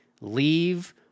leave